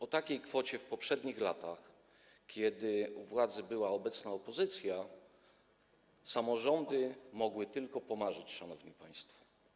O takiej kwocie w poprzednich latach, kiedy u władzy była obecna opozycja, samorządy mogły tylko pomarzyć, szanowni państwo.